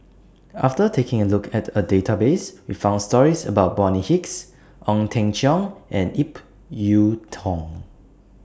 after taking A Look At The Database We found stories about Bonny Hicks Ong Teng Cheong and Ip Yiu Tung